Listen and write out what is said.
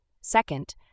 Second